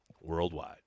worldwide